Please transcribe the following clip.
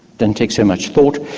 don't take so much thought,